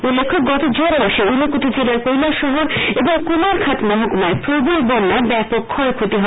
উল্লেখ্য গত জুন মাসে ঊনকোটি জেলার কৈলাশহর এবং কুমারঘাট মহকুমায় প্রবল বন্যায় ব্যাপক ফয়ফ্ষতি হয়